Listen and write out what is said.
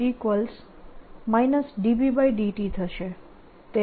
તેનો અર્થ શું છે